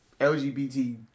LGBT